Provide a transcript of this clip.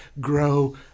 grow